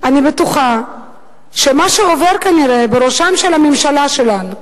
אני בטוחה שמה שעובר כנראה בראשה של הממשלה שלנו,